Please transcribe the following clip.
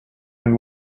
and